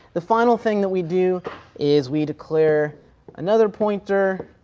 the final thing that we do is we declare another pointer